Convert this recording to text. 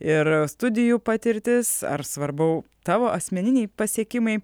ir studijų patirtis ar svarbu tavo asmeniniai pasiekimai